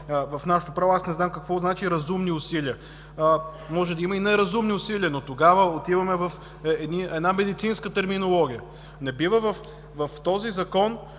в нашето право? Аз не знам какво значи „разумни усилия”. Може да има и неразумни усилия, а тогава отиваме в една медицинска терминология. Не бива в този Закон